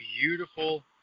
beautiful